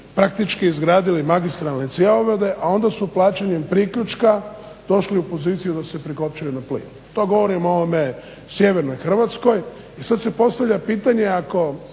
praktički izgradili magistralne cjevovode, a onda su plaćanjem priključka došli u poziciju da se prikopčaju na plin. To govorim o sjevernoj Hrvatskoj i sad se postavlja pitanje ako